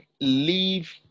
leave